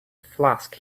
flask